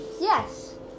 Yes